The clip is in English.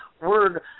word